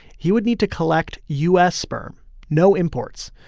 he would need to collect u s. sperm no imports.